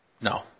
No